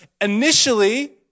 initially